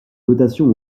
dotations